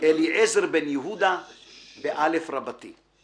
אליעזר בן יהודה/ באלף רבתי//